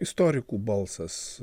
istorikų balsas